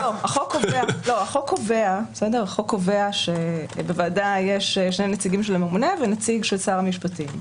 החוק קובע שבוועדה יש שני נציגים של הממונה ונציג של שר המשפטים,